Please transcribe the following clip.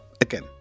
Again